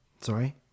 Sorry